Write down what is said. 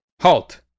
Halt